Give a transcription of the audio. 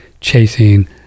chasing